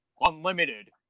unlimited